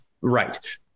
Right